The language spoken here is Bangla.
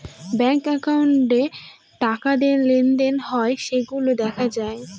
ব্যাঙ্ক একাউন্টে টাকা লেনদেন হয় সেইগুলা দেখা যায়